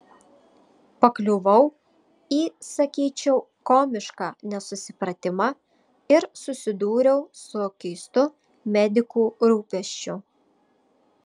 pakliuvau į sakyčiau komišką nesusipratimą ir susidūriau su keistu medikų rūpesčiu